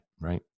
right